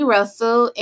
Russell